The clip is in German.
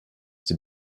sie